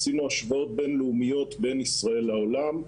עשינו השוואות בין-לאומיות בין ישראל לעולם.